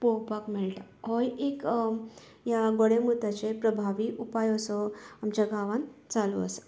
पळोवपाक मेळटा हो एक ह्या गोडेमुताचेर प्रभावी उपाय असो आमच्या गांवांत चालू आसा